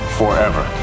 forever